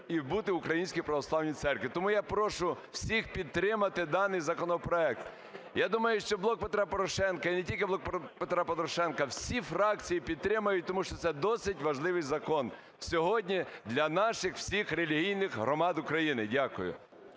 і бути в Українській православній церкві. Тому я прошу всіх підтримати даний законопроект. Я думаю, що "Блок Петра Порошенка", і не тільки "Блок Петра Порошенка", а всі фракції підтримають, тому що це досить важливий закон сьогодні для наших всіх релігійних громад України. Дякую.